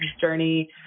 journey